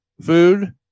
food